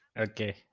Okay